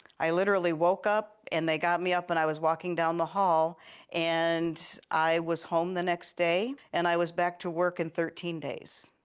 i literally woke up and they got me up and i was walking down the hall and i was home the next day and i was back to work in thirteen days.